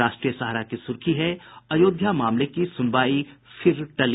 राष्ट्रीय सहारा की सुर्खी है अयोध्या मामले की सुनवाई फिर टली